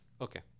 Okay